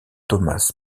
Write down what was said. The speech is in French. thomas